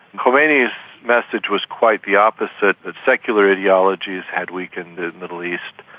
khomeini's message was quite the opposite, that secular ideologies had weakened the middle east,